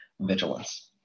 vigilance